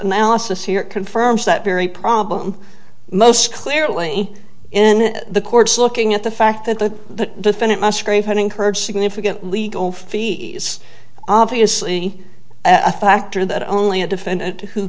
analysis here confirms that very problem most clearly in the courts looking at the fact that the defendant musgrave had incurred significant legal fees obviously i factor that only a defendant who